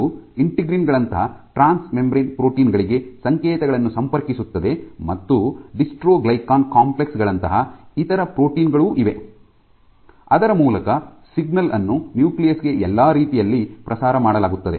ಇದು ಇಂಟಿಗ್ರಿನ್ ಗಳಂತಹ transmembrane protein ಗಳಿಗೆ ಸಂಕೇತಗಳನ್ನು ಸಂಪರ್ಕಿಸುತ್ತದೆ ಮತ್ತು ಡಿಸ್ಟ್ರೊಗ್ಲೈಕಾನ್ ಕಾಂಪ್ಲೆಕ್ಸ್ ಗಳಂತಹ ಇತರ ಪ್ರೋಟೀನ್ ಗಳೂ ಇವೆ ಅದರ ಮೂಲಕ ಸಿಗ್ನಲ್ ಅನ್ನು ನ್ಯೂಕ್ಲಿಯಸ್ ಗೆ ಎಲ್ಲಾ ರೀತಿಯಲ್ಲಿ ಪ್ರಸಾರ ಮಾಡಲಾಗುತ್ತದೆ